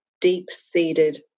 deep-seated